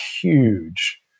huge